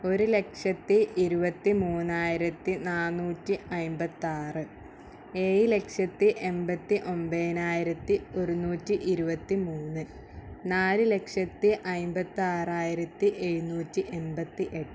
ഒരു ലക്ഷത്തി ഇരുപത്തി മുന്നായിരത്തി നാനൂറ്റി അൻപത്തി ആറ് ഏഴ് ലക്ഷത്തി എൺപത്തി ഒമ്പതിനായിരത്തി ഒരുന്നൂറ്റി ഇരുപത്തി മൂന്ന് നാല് ലക്ഷത്തി അൻപത്തി ആറായിരത്തി എഴുന്നൂറ്റി എൺപത്തി എട്ട്